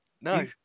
no